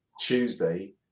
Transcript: Tuesday